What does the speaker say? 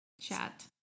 chat